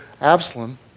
Absalom